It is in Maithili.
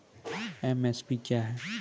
एम.एस.पी क्या है?